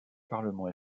parlement